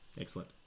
Excellent